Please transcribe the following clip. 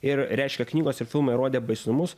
ir reiškia knygos ir filmai rodė baisumus